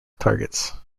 targets